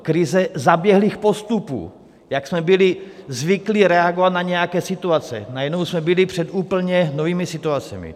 Krize zaběhlých postupů, jak jsme byli zvyklí reagovat na nějaké situace najednou jsme byli před úplně novými situacemi.